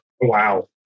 Wow